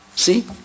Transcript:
See